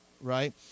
right